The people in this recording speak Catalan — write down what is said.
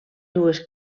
dues